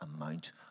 amount